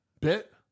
bit